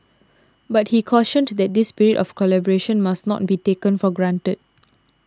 but he cautioned that this spirit of collaboration must not be taken for granted